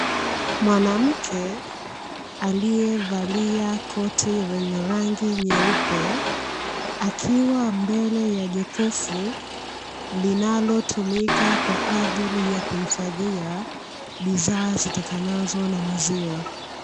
Mwanamke aliyevalia koti lenye rangi nyeupe, akiwa mbele ya jokofu linalotumika kwa ajili ya kuhifadhia bidhaa zitokanazo na maziwa.